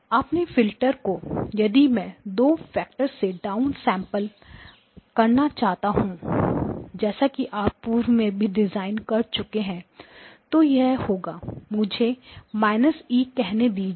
अपने फिल्टर को यदि मैं 2 के फैक्टर से डाउनसेंपल करना चाहूं जैसा कि आप पूर्व में भी डिजाइन कर चुके हैं तो यह 2 होगा मुझे 2 e कहने दीजिए